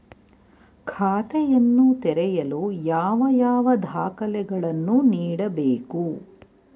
ಖಾತೆಯನ್ನು ತೆರೆಯಲು ಯಾವ ಯಾವ ದಾಖಲೆಗಳನ್ನು ನೀಡಬೇಕು?